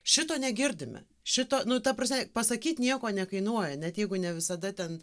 šito negirdime šito nu ta prasme pasakyt nieko nekainuoja net jeigu ne visada ten